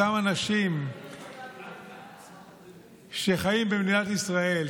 אותם אנשים שחיים במדינת ישראל,